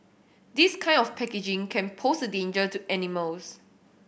this kind of packaging can pose a danger to animals